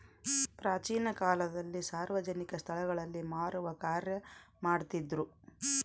ಪ್ರಾಚೀನ ಕಾಲದಲ್ಲಿ ಸಾರ್ವಜನಿಕ ಸ್ಟಳಗಳಲ್ಲಿ ಮಾರುವ ಕಾರ್ಯ ಮಾಡ್ತಿದ್ರು